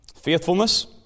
Faithfulness